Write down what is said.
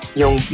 yung